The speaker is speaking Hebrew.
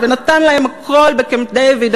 ונתן להם הכול בקמפ-דייוויד,